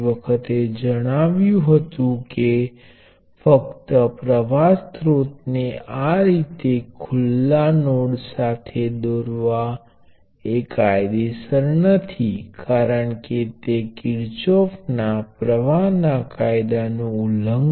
દાખલા તરીકે જણાવી દઈએ કે આપણી પાસે આના જેવું સર્કિટ છે જે 1 વોલ્ટ સ્રોત 10 કિલો ઓહ્મ રેઝિસ્ટર થી જોડાયેલું છે આપણે જાણીએ છીએ કે ઓહ્મ ના નિયમ દ્વારા 0